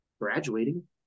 graduating